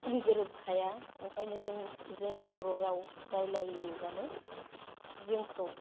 गोरोबखाया नंखायनो जों जोङो बर' राव रायलायोबानो जोंखौ